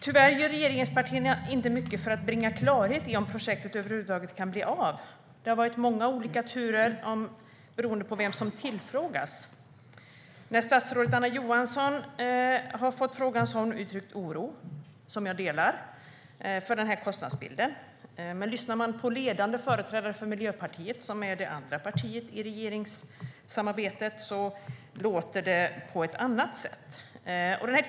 Tyvärr gör regeringspartierna inte mycket för att bringa klarhet i om projektet över huvud taget kan bli av. Det har varit många olika turer beroende på vem som tillfrågas. När statsrådet Anna Johansson har fått frågan har hon uttryckt oro - som jag delar - för kostnadsbilden. Men lyssnar man på ledande företrädare för Miljöpartiet, som ju är det andra partiet i regeringssamarbetet, låter det på ett annat sätt.